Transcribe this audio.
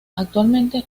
actualmente